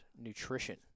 nutrition